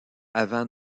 avant